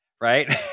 right